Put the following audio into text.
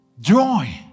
Joy